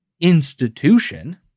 institution